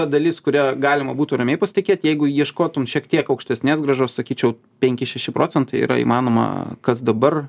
ta dalis kurią galima būtų ramiai pasitikėt jeigu ieškotum šiek tiek aukštesnės grąžos sakyčiau penki šeši procentai yra įmanoma kas dabar